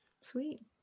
Sweet